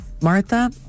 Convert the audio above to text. Martha